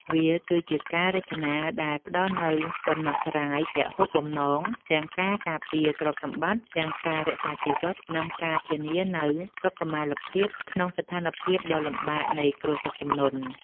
វាគឺជាការរចនាដែលផ្តល់នូវដំណោះស្រាយពហុបំណង ទាំងការការពារទ្រព្យសម្បត្តិ ទាំងការរក្សាជីវិត និងការធានានូវសុខុមាលភាពក្នុងស្ថានភាពដ៏លំបាកនៃគ្រោះទឹកជំនន់។